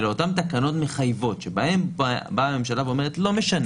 אלה אותן תקנות מחייבות בהן באה הממשלה ואומרת שלא משנה,